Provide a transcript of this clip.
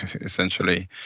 essentially